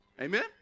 Amen